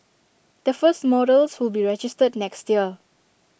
the first models will be registered next year